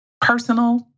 personal